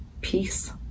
peace